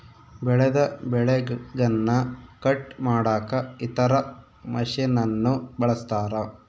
ಬೆಳೆದ ಬೆಳೆಗನ್ನ ಕಟ್ ಮಾಡಕ ಇತರ ಮಷಿನನ್ನು ಬಳಸ್ತಾರ